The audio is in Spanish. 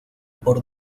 por